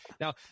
now